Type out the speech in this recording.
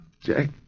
Jack